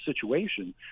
situation